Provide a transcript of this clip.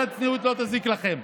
קצת צניעות לא תזיק לכם.